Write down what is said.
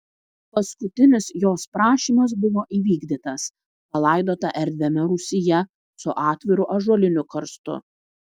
paskutinis jos prašymas buvo įvykdytas palaidota erdviame rūsyje su atviru ąžuoliniu karstu